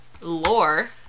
lore